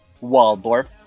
Waldorf